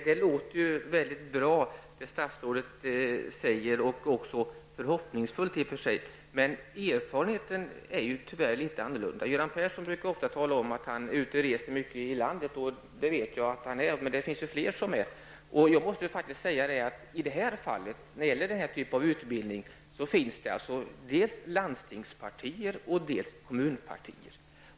Herr talman! Det statsrådet säger låter mycket bra och förhoppningsfullt. Erfarenheten ser tyvärr litet annorlunda ut. Göran Persson brukar ofta tala om att han reser mycket ute i landet. Det vet jag att han gör, men det finns det flera som gör. Det finns ju både landstingspartier och kommunpartier.